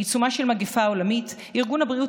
בעיצומה של מגפה עולמית ארגון הבריאות